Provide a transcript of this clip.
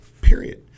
Period